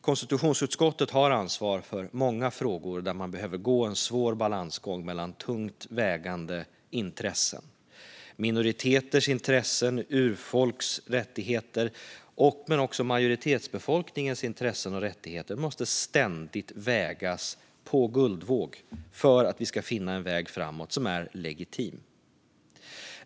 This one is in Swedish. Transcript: Konstitutionsutskottet har ansvar för många frågor där man behöver gå en svår balansgång mellan tungt vägande intressen. Minoriteters intressen och urfolks rättigheter, men också majoritetsbefolkningens intressen och rättigheter, måste ständigt vägas på guldvåg för att vi ska finna en väg framåt som är legitim.